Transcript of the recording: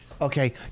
Okay